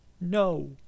No